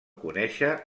conèixer